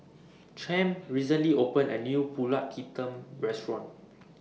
Champ recently opened A New Pulut Hitam Restaurant